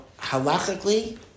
halachically